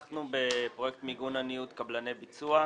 אנחנו בפרויקט מיגון הניוד קבלני ביצוע.